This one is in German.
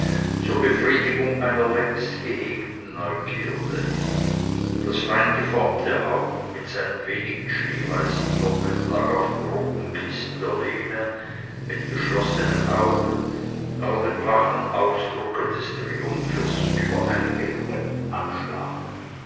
zur befriedigung einer längst gehegten neugierde das feingeformte haupt mit seinen wenigen schneeweißen locken lag auf dem roten kissen der lehne mit geschlossenen augen aber dem wachen ausdrucke des triumphes über einen gelungenen anschlag